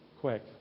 quick